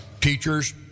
teachers